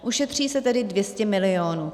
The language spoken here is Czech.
Ušetří se tedy 200 milionů.